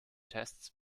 tests